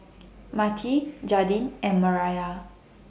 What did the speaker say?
Matie Jaidyn and Mireya